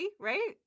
right